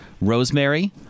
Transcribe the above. Rosemary